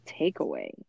takeaway